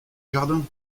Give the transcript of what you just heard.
jardin